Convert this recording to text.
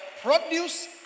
produce